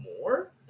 more